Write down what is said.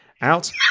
out